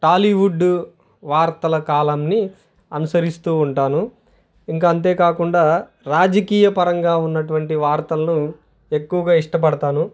టాలీవుడ్ వార్తల కాలంని అనుసరిస్తూ ఉంటాను ఇంకా అంతేకాకుండా రాజకీయ పరంగా ఉన్నటువంటి వార్తలను ఎక్కువగా ఇష్టపడతాను